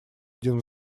один